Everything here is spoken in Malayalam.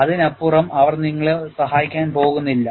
അതിനപ്പുറം അവർ നിങ്ങളെ സഹായിക്കാൻ പോകുന്നില്ല